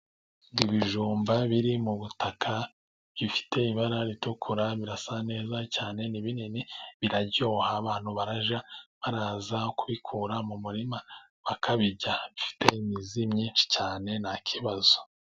Ibijumba biri mu butaka bifite ibara ritukura birasa neza cyane, ni binini biraryoha abantu bajya baza kubikura mu murima bakabirya, bifite imizi myinshi cyane nta kibazo.